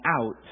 out